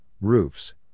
roofs